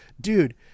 Dude